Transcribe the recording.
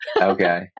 Okay